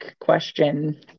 question